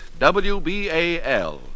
WBAL